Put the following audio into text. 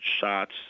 shots